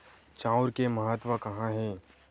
चांउर के महत्व कहां हे?